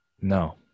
No